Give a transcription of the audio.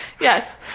Yes